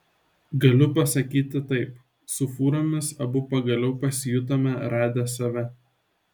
galiu pasakyti taip su fūromis abu pagaliau pasijutome radę save